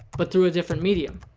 but, through a different medium.